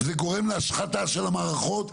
זה גורם להשחתה של המערכות.